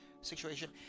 situation